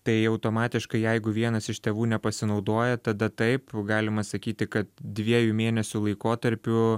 tai automatiškai jeigu vienas iš tėvų nepasinaudoja tada taip galima sakyti kad dviejų mėnesių laikotarpiu